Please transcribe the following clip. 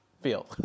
feel